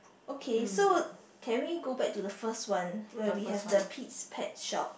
okay so can we go back to the first one where we have the Pete's pet shop